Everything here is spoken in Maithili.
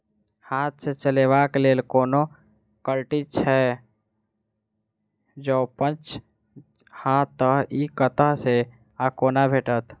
हाथ सऽ चलेबाक लेल कोनों कल्टी छै, जौंपच हाँ तऽ, इ कतह सऽ आ कोना भेटत?